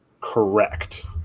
correct